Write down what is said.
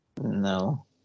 No